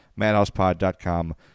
Madhousepod.com